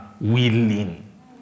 willing